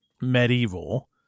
medieval